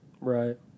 Right